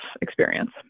experience